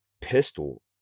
pistol